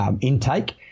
intake